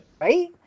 right